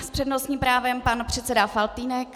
S přednostním právem pan předseda Faltýnek.